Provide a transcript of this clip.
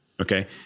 Okay